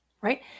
right